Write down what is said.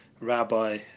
rabbi